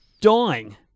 dying